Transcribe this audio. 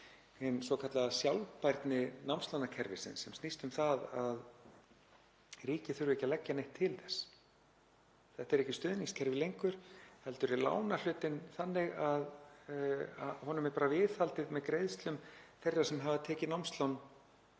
hin svokallaða sjálfbærni námslánakerfisins sem snýst um að ríkið þurfi ekki að leggja neitt til þess. Þetta er ekki stuðningskerfi lengur heldur er lánahlutinn þannig að honum er bara viðhaldið með greiðslum þeirra sem hafa tekið námslán